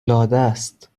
العادست